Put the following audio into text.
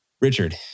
Richard